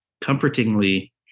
comfortingly